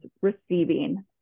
receiving